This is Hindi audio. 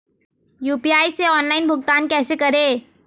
यू.पी.आई से ऑनलाइन भुगतान कैसे करें?